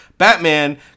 Batman